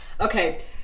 Okay